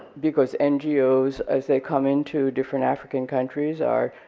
because ngos, as they come into different african countries, are,